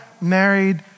married